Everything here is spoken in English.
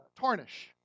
tarnish